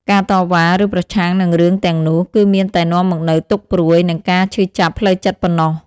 ការតវ៉ា ឬប្រឆាំងនឹងរឿងទាំងនោះ គឺមានតែនាំមកនូវទុក្ខព្រួយ និងការឈឺចាប់ផ្លូវចិត្តប៉ុណ្ណោះ។